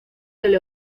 del